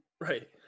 right